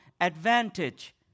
advantage